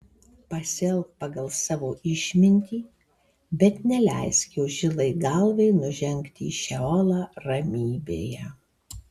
pasielk pagal savo išmintį bet neleisk jo žilai galvai nužengti į šeolą ramybėje